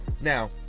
Now